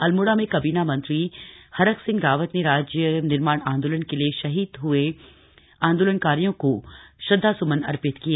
अल्मोड़ा में काबीना मंत्री हरक सिंह रावत ने राज्य निर्माण आंदोलन के लिए शहीद हूए आंदोलनकारियों को श्रद्वासुमन अर्पित किए